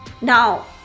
now